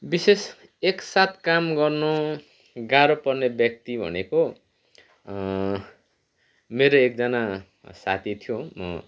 विशेष एकसाथ काम गर्नु गाह्रो पर्ने व्यक्ति भनेको मेरो एकजना साथी थियो